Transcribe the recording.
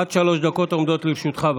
עד שלוש דקות עומדות לרשותך.